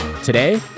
Today